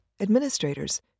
administrators